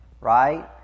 Right